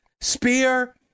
spear